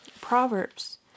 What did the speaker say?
Proverbs